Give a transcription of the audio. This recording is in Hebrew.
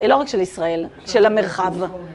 היא לא רק של ישראל, של המרחב.